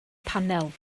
panel